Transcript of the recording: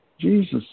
Jesus